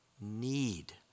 need